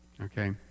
Okay